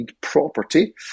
Property